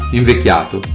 invecchiato